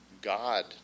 God